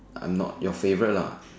I'm not your favorite lah